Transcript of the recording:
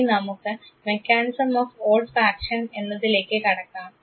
ഇനി നമുക്ക് mechanism of olfaction എന്നതിലേക്ക് കടക്കാം